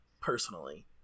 personally